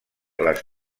les